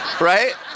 Right